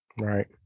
right